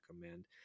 recommend